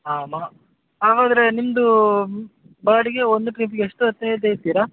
ಹಾಂ ಮಾ ಹಾಗಾದರೆ ನಿಮ್ಮದು ಬಾಡಿಗೆ ಒಂದು ಟ್ರಿಪ್ಪಿಗೆ ಎಷ್ಟು ಆಗುತ್ತೆ ಹೇಳ್ತೀರ